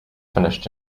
finished